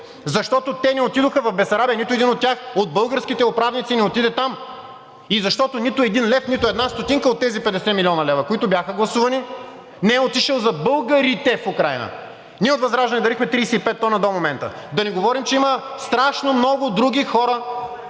Защото те не отидоха в Бесарабия – нито един от тях, от българските управници, не отиде там, и защото нито един лев, нито една стотинка от тези 50 млн. лв., които бяха гласувани, не е отишъл за българите в Украйна. Ние от ВЪЗРАЖДАНЕ дарихме 35 тона до момента. Да не говорим, че има страшно много други хора,